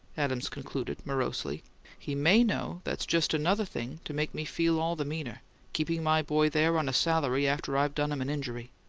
adams concluded, morosely he may know that's just another thing to make me feel all the meaner keeping my boy there on a salary after i've done him an injury.